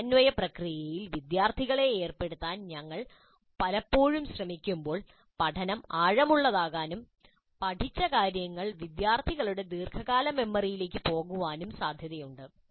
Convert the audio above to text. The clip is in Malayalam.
ഈ സമന്വയ പ്രക്രിയയിൽ വിദ്യാർത്ഥികളെ ഏർപ്പെടുത്താൻ ഞങ്ങൾ പലപ്പോഴും ശ്രമിക്കുമ്പോൾ പഠനം ആഴമുള്ളതാകാനും പഠിച്ച കാര്യങ്ങൾ വിദ്യാർത്ഥികളുടെ ദീർഘകാല മെമ്മറിയിലേക്ക് പോകാനും സാധ്യതയുണ്ട്